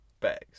bags